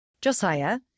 Josiah